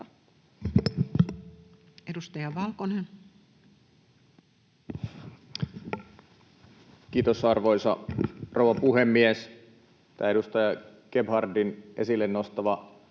Edustaja Valkonen. Kiitos, arvoisa rouva puhemies! Tämä edustaja Gebhardin esille nostama näkökulma